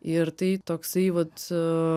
ir tai toksai vat